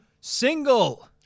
single